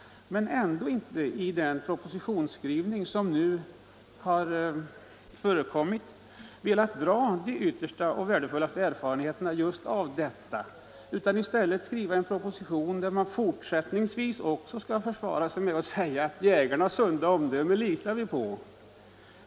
Ändå har man inte i propositionen velat dra de värdefullaste slutsatserna av detta, utan i stället har man skrivit propositionen så, att man också fortsättningsvis får försvara sig med orden: Jägarnas sunda omdöme litar vi på.